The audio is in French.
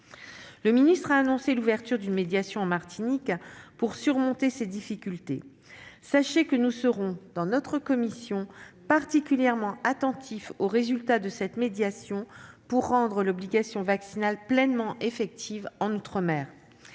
Le ministre a annoncé l'ouverture d'une médiation en Martinique pour surmonter ces difficultés. Sachez que la commission des affaires sociales du Sénat sera particulièrement attentive aux résultats de cette médiation pour rendre l'obligation vaccinale pleinement effective en outre-mer.